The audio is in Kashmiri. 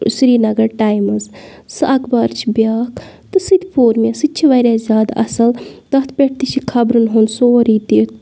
سریٖنَگَر ٹایمٕز سُہ اَخبار چھِ بیٛاکھ تہٕ سُہ تہِ پۆر مےٚ سُہ تہِ چھِ واریاہ زیادٕ اَصٕل تَتھ پٮ۪ٹھ تہِ چھِ خبرَن ہُنٛد سورُے دِتھ